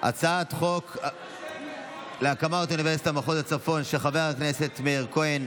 הצעת חוק להקמת אוניברסיטה במחוז הצפון של חבר הכנסת מאיר כהן.